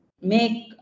make